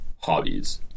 hobbies